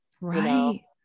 right